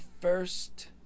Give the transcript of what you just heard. first